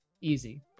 Easy